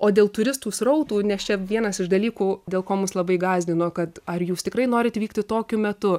o dėl turistų srautų nes čia vienas iš dalykų dėl ko mus labai gąsdino kad ar jūs tikrai norit vykti tokiu metu